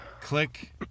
click